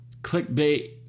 Clickbait